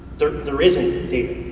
there there isn't data.